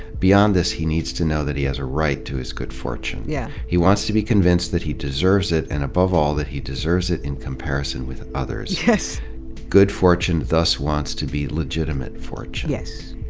beyond this, he needs to know that he has a right to his good fortune. yeah he wants to be convinced that he deserves it and above all, that he deserves it in comparison with others. good fortune thus wants to be legitimate fortune. yes.